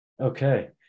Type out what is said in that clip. Okay